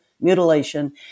mutilation